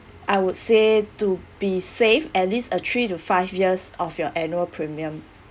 I would say to be safe at least a three to five years of your annual premium